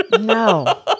no